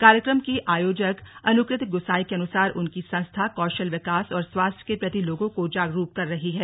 कार्यक्रम की आयोजक अनुकृति गुसाई के अनुसार उनकी संस्था कौशल विकास और स्वास्थ्य के प्रति लोगों को जागरूक कर रही है